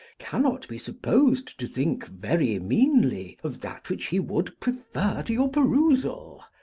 cannot be supposed to think very meanly of that which he would prefer to your perusal.